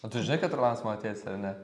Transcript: o tu žinai kad rolandas mano tėtis ar ne